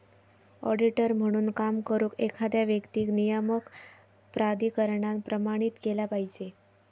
auditor म्हणून काम करुक, एखाद्या व्यक्तीक नियामक प्राधिकरणान प्रमाणित केला पाहिजे